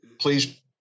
Please